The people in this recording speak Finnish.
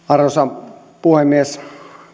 arvoisa puhemies